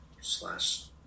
slash